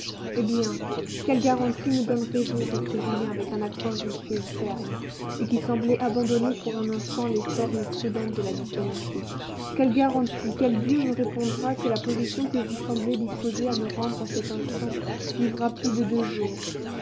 eh bien quelle garantie me donnerez-vous reprit julien avec un accent vif et ferme et qui semblait abandonner pour un instant les formes prudentes de la diplomatie quelle garantie quel dieu me répondra que la position que vous semblez disposée à me rendre en cet instant vivra plus de deux jours